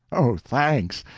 oh, thanks!